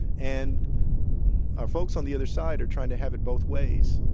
and our folks on the other side are trying to have it both ways,